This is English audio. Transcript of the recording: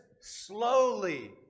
slowly